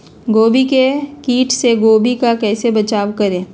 गोभी के किट से गोभी का कैसे बचाव करें?